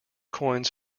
coins